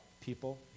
people